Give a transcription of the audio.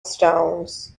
stones